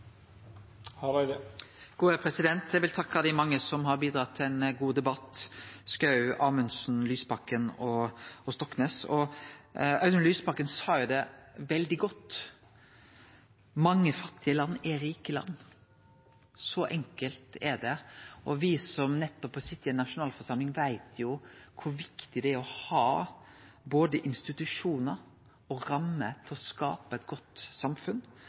Eg vil takke dei mange som har bidrege til ein god debatt: representantane Schou, Amundsen, Lysbakken og Stoknes. Audun Lysbakken sa det veldig godt: Mange fattige land er rike land. Så enkelt er det. Me som sit nettopp i ei nasjonalforsamling, veit kor viktig det er å ha både institusjonar og rammer for å skape eit godt samfunn.